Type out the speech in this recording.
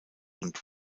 und